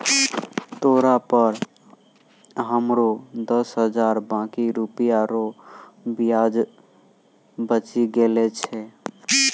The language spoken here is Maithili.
तोरा पर हमरो दस हजार बाकी रुपिया रो ब्याज बचि गेलो छय